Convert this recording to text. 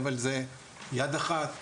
אבל זה: יד אחת